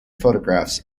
photographs